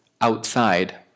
outside